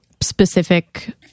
specific